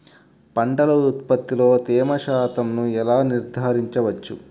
పంటల ఉత్పత్తిలో తేమ శాతంను ఎలా నిర్ధారించవచ్చు?